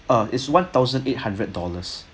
uh is one thousand eight hundred dollars